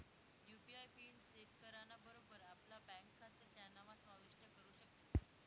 UPI PIN set कराना बरोबर आपला ब्यांक खातं त्यानाम्हा समाविष्ट करू शकतस